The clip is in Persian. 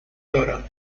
دارم